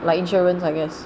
like insurance I guess